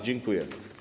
Dziękuję.